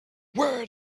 where